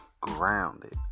grounded